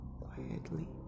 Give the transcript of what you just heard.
quietly